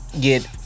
get